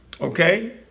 Okay